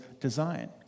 design